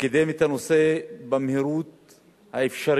וקידם את הנושא במהירות האפשרית.